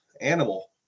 animal